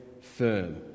firm